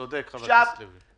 צודק, חבר הכנסת לוי.